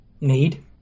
Need